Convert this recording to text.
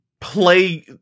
play